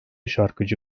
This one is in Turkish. şarkıcı